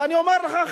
ואני אומר לך,